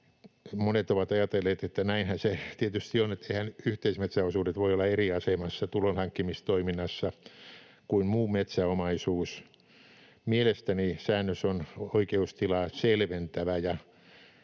Monet ovat ajatelleet, että näinhän se tietysti on, että eiväthän yhteismetsäosuudet voi olla eri asemassa tulonhankkimistoiminnassa kuin muu metsäomaisuus. Mielestäni säännös on oikeustilaa selventävä,